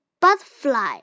butterfly